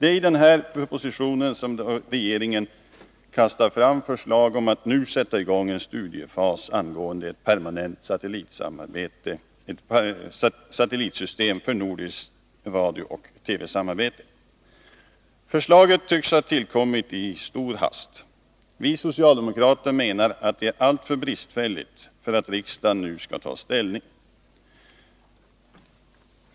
I denna proposition kastar regeringen fram förslag om att nu sätta i gång en studiefas angående ett permanent satellitsystem för nordiskt radiooch TV-samarbete. Förslaget tycks ha tillkommit i stor hast. Vi socialdemokrater menar att det är alltför bristfälligt för att riksdagen nu skall ta ställning.